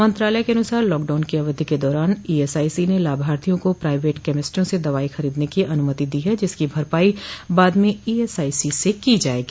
मंत्रालय के अनुसार लॉकडाउन की अवधि के दौरान ई एस आई सी ने लाभार्थियों को प्राइवेट कैमिस्टों से दवाई खरीदने की अनुमति दे दी है जिसकी भरपाई बाद में ई एस आई सी से की जाएगी